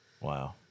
Wow